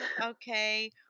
Okay